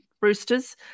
roosters